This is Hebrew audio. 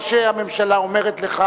מה שהממשלה אומרת לך